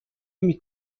نمی